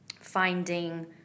finding